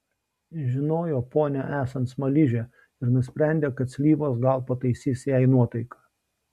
žinojo ponią esant smaližę ir nusprendė kad slyvos gal pataisys jai nuotaiką